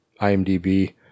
IMDB